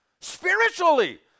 spiritually